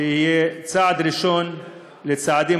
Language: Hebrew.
יהיה צעד ראשון לעוד צעדים,